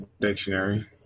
Dictionary